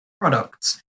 products